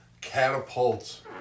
Catapults